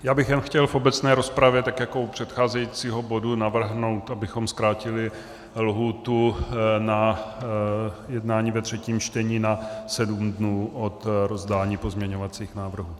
Já bych jenom chtěl v obecné rozpravě, tak jako u předcházejícího bodu, navrhnout, abychom zkrátili lhůtu na jednání ve třetím čtení na sedm dnů od rozdání pozměňovacích návrhů.